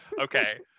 Okay